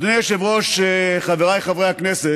אדוני היושב-ראש, חבריי חברי הכנסת,